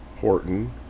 horton